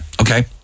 Okay